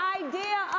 idea